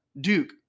duke